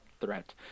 threat